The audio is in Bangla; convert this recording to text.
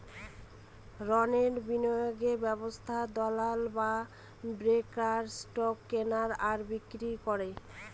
রণের বিনিয়োগ ব্যবস্থায় দালাল বা ব্রোকার স্টক কেনে আর বিক্রি করে